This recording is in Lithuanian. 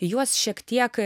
juos šiek tiek